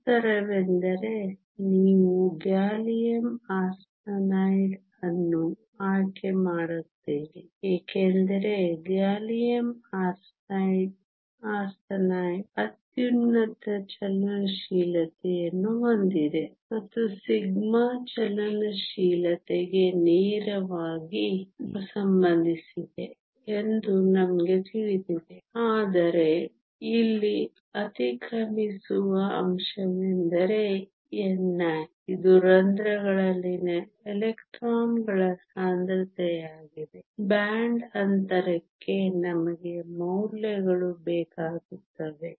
ಉತ್ತರವೆಂದರೆ ನೀವು gallium arsenide ಅನ್ನು ಆಯ್ಕೆ ಮಾಡುತ್ತೀರಿ ಏಕೆಂದರೆ ಗ್ಯಾಲಿಯಮ್ ಆರ್ಸೆನೈಡ್ ಅತ್ಯುನ್ನತ ಚಲನಶೀಲತೆಯನ್ನು ಹೊಂದಿದೆ ಮತ್ತು ಸಿಗ್ಮಾ ಚಲನಶೀಲತೆಗೆ ನೇರವಾಗಿ ಸಂಬಂಧಿಸಿದೆ ಎಂದು ನಮಗೆ ತಿಳಿದಿದೆ ಆದರೆ ಇಲ್ಲಿ ಅತಿಕ್ರಮಿಸುವ ಅಂಶವೆಂದರೆ ni ಇದು ರಂಧ್ರಗಳಲ್ಲಿನ ಎಲೆಕ್ಟ್ರಾನ್ಗಳ ಸಾಂದ್ರತೆಯಾಗಿದೆ ಬ್ಯಾಂಡ್ ಅಂತರಕ್ಕೆ ನಮಗೆ ಮೌಲ್ಯಗಳು ಬೇಕಾಗುತ್ತವೆ